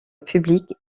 publique